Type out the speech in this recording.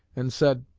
and said